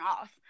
off